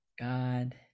god